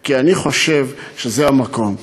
כי אני חושב שזה המקום.